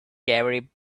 gary